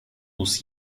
muss